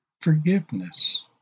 forgiveness